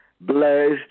blessed